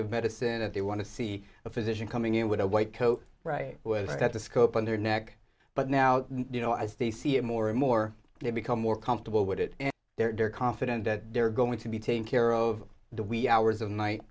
of medicine that they want to see a physician coming in with a white coat was that the scope on their neck but now you know as they see it more and more they become more comfortable with it and they're confident that they're going to be taking care of the wee hours of night